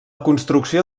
construcció